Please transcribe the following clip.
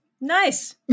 nice